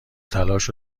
تلاش